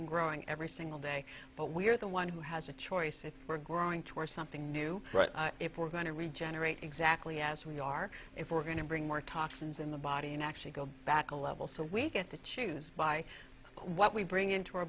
and growing every single day but we're the one who has a choice if we're growing two or something new if we're going to regenerate exactly as we are if we're going to bring more toxins in the body and actually go back a level so we get to choose by what we bring into our